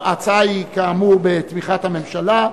ההצעה היא כאמור בתמיכת הממשלה.